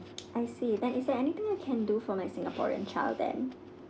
I see then is there anything I can do for my singaporean child then